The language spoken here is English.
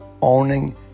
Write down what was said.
owning